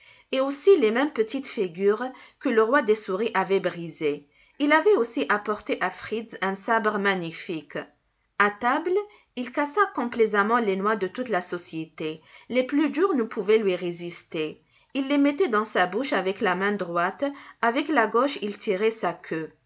et aussi les mêmes petites figures que le roi des souris avait brisées il avait aussi apporté à fritz un sabre magnifique à table il cassa complaisamment les noix de toute la société les plus dures ne pouvaient lui résister il les mettait dans sa bouche avec la main droite avec la gauche il tirait sa queue